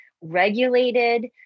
regulated